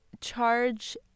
charge